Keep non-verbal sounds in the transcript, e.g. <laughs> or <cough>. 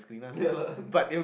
ya lah <laughs>